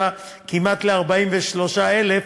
כמעט ל-43,000,